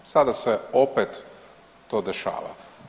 Sada se opet to dešava.